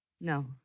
No